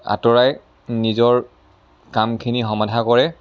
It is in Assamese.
আঁতৰাই নিজৰ কামখিনি সমাধা কৰে